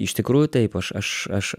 iš tikrųjų taip aš aš aš